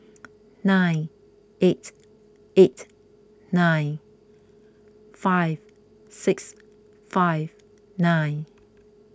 nine eight eight nine five six five nine